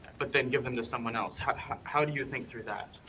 but then give them to someone else. how how do you think through that?